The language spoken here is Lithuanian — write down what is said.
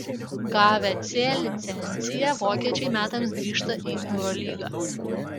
gavę c licenciją vokiečiai metams grįžta į eurolygą